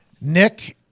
Nick